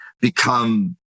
become